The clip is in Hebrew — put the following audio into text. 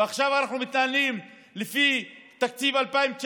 ועכשיו אנחנו מתנהלים לפי תקציב 2019,